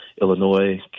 Illinois